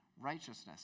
Righteousness